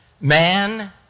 Man